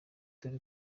dore